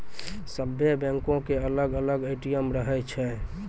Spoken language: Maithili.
सभ्भे बैंको के अलग अलग ए.टी.एम रहै छै